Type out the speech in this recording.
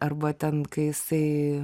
arba ten kai jisai